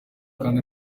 kandi